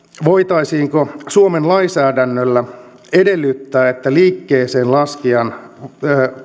voitaisiinko suomen lainsäädännöllä edellyttää että liikkeeseenlaskijan